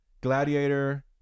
Gladiator